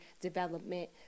development